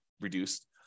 reduced